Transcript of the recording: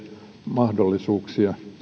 mahdollisuuksia